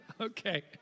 Okay